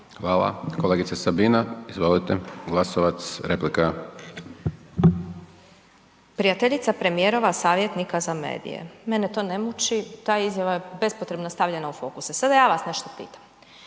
vrijeme. Kolegice Sabina, izvolite. Glasovac, replika. **Glasovac, Sabina (SDP)** Prijateljica premijerova savjetnika za medije. Mene to ne muči. Ta izjava je bespotrebno stavljena u fokus. A sad da ja vas nešto pitam.